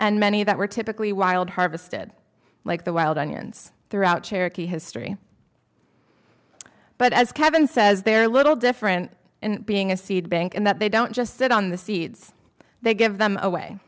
and many that were typically wild harvested like the wild onions throughout cherokee history but as kevin says they are little different and being a seed bank and that they don't just sit on the seeds they give them away